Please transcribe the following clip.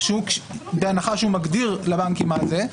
בהנחה שהוא מגדיר לבנקים מה זה,